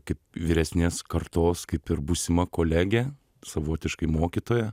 kaip vyresnės kartos kaip ir būsima kolegė savotiškai mokytoja